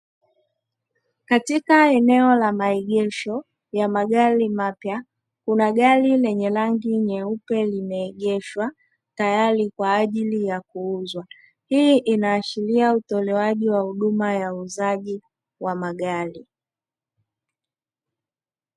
Katika eneo la maegesho ya magari mapya kuna gari lenye rangi nyeupe limeegeshwa tayari kwa ajili ya kuuzwa, hii inaashiria utolewaji wa huduma ya uuzaji wa magari.